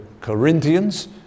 corinthians